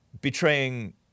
betraying